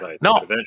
no